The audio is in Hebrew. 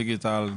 דיגיטל,